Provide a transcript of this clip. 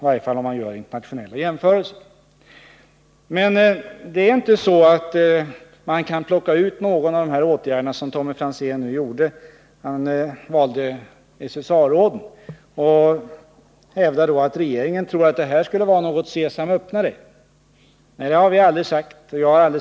Men man kan inte plocka ut en av dessa åtgärder, som Tommy Franzén gjorde när han tog upp SSA-råden, och hävda att regeringen tror att den skulle vara ett ”sesam, öppna dig”. Det har vi aldrig sagt.